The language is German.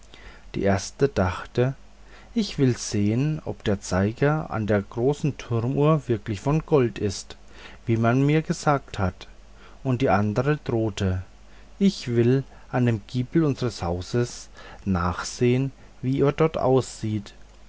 die erste dachte ich will sehen ob der zeiger an der großen turmuhr wirklich von gold ist wie man mir gesagt hat und die andere drohte ich will an dem giebel unseres hauses nachsehen wie er dort aussieht